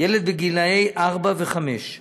ילד בגיל ארבע ובגיל חמש,